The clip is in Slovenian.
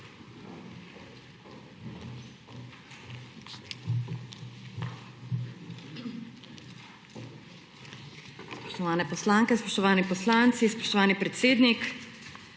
Spoštovane poslanke, spoštovani poslanci, spoštovani predsednik!